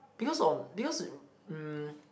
because on because um